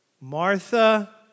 Martha